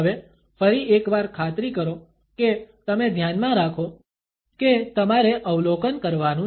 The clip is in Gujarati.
હવે ફરી એકવાર ખાતરી કરો કે તમે ધ્યાનમાં રાખો કે તમારે અવલોકન કરવાનું છે